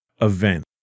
event